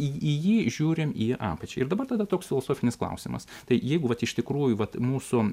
į jį žiūrim į apačią ir dabar tada toks filosofinis klausimas tai jeigu vat iš tikrųjų vat mūsų